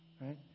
right